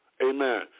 Amen